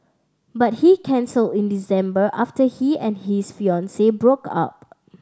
but he cancelled in December after he and his fiancee broke up